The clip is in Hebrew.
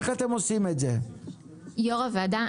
יו"ר הוועדה,